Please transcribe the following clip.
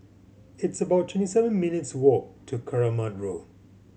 it's about twenty seven minutes' walk to Keramat Road